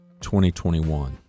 2021